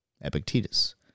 Epictetus